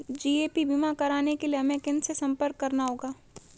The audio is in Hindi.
जी.ए.पी बीमा कराने के लिए हमें किनसे संपर्क करना होगा?